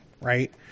right